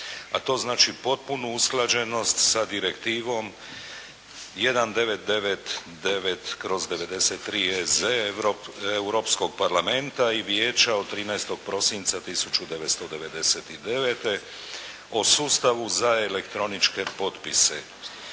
A to znači potpunu usklađenost sa Direktivom 1999/93 EZ Europskog parlamenta i vijeća od 13. prosinca 1999. o sustavu za elektroničke potpise,